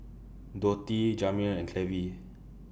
Dotty Jamir and Clevie